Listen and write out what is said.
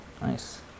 Nice